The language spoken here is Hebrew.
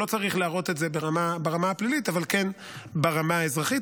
הוא לא צריך להראות את זה ברמה הפלילית אבל כן ברמה האזרחית,